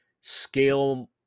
Scale